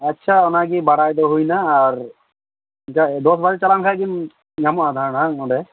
ᱟᱪᱪᱷᱟ ᱚᱱᱟ ᱜᱮ ᱵᱟᱲᱟᱭ ᱫᱚ ᱦᱩᱭᱮᱱᱟ ᱟᱨ ᱡᱟ ᱫᱚᱥ ᱵᱟᱡᱮ ᱪᱟᱞᱟᱣ ᱞᱮᱱᱠᱷᱟᱱ ᱜᱮ ᱧᱟᱢᱚᱜᱼᱟ ᱨᱟᱱ ᱚᱸᱰᱮ